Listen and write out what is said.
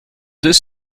deux